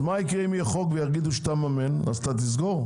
אז מה יקרה אם יהיה חוק ויגידו שאתה מממן אז אתה תסגור?